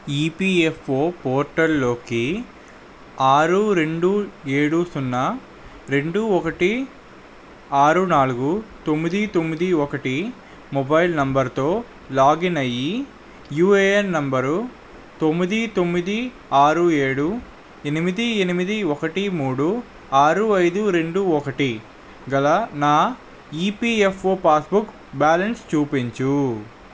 EPFO పోర్టల్లోకి ఆరు రెండు ఏడు సున్నా రెండు ఒకటి ఆరు నాలుగు తొమ్మిది తొమ్మిది ఒకటి మొబైల్ నెంబర్తో లాగిన్ అయ్యి యూఏఎన్ నంబరు తొమ్మిది తొమ్మిది ఆరు ఏడు ఎనిమిది ఎనిమిది ఒకటి మూడు ఆరు ఐదు రెండు ఒకటి గల నా ఈపీఎఫ్ఓ పాస్బుక్ బ్యాలన్స్ చూపించుము